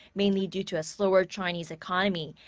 mainly due to a slower chinese economy.